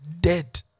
dead